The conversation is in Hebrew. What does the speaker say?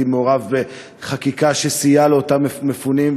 מעורב בחקיקה שסייעה לאותם מפונים,